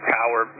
Tower